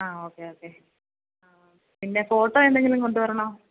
ആ okay okay ആ പിന്നെ ഫോട്ടോ എന്തെങ്കിലും കൊണ്ട് വരണോ